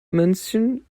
mansion